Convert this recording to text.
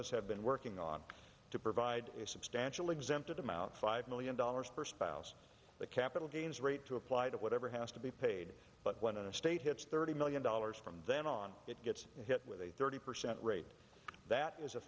us have been working on to provide a substantial exempted them out five million dollars per spouse the capital gains rate to apply to whatever has to be paid but when a state hits thirty million dollars from then on it gets hit with a thirty percent rate that is a